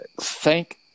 Thank